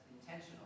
intentional